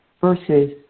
versus